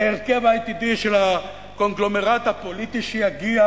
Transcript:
מההרכב העתידי של הקונגלומרט הפוליטי שיגיע.